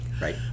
right